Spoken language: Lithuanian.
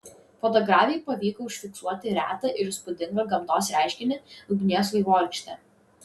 fotografei pavyko užfiksuoti retą ir įspūdingą gamtos reiškinį ugnies vaivorykštę